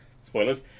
Spoilers